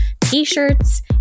T-shirts